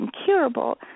incurable